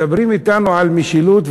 מדברים אתנו על משילות,